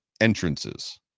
entrances